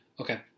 Okay